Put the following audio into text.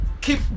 keep